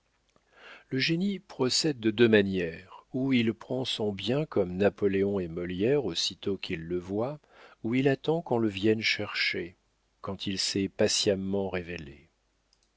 le génie procède de deux manières ou il prend son bien comme napoléon et molière aussitôt qu'il le voit ou il attend qu'on le vienne chercher quand il s'est patiemment révélé